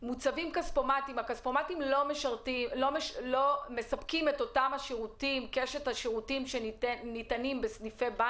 והכספומטים לא מספקים את אותם השירותים שניתנים בסניפים.